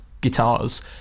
guitars